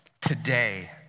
today